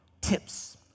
tips